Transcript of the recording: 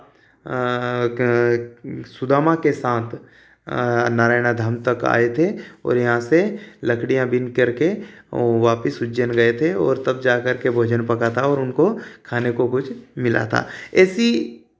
सुदामा के साथ नारायण धाम तक आए थे और यहाँ से लकड़ियाँ बीन करके वापस उज्जैन गए थे और तब जाकर के भोजन पका था और उनको खाने को कुछ मिला था ऐसी